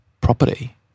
property